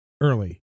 early